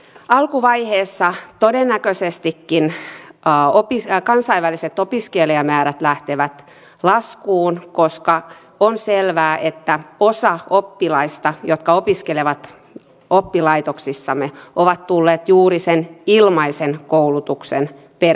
alkuvaiheessa todennäköisestikin kansainväliset opiskelijamäärät lähtevät laskuun koska on selvää että osa oppilaista jotka opiskelevat oppilaitoksissamme on tullut juuri sen ilmaisen koulutuksen perässä